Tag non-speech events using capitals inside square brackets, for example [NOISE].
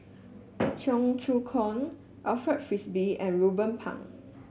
[NOISE] Cheong Choong Kong Alfred Frisby and Ruben Pang